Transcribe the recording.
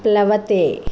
प्लवते